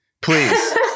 please